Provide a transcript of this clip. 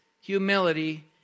humility